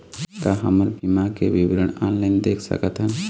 का हमर बीमा के विवरण ऑनलाइन देख सकथन?